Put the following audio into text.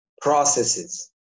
processes